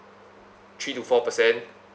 three to four percent